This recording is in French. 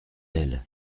elle